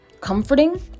comforting